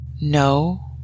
No